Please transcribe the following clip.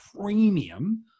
premium